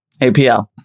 APL